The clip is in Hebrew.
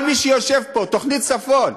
כל מי שיושב פה, תוכנית הצפון,